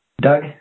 Doug